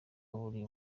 buri